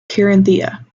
carinthia